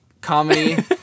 Comedy